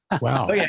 wow